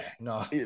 no